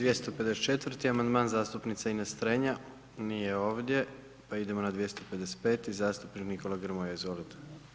254. amandman zastupnice Ines Strenja, nije ovdje, pa idemo na 255. zastupnik Nikola Grmoja, izvolite.